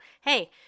Hey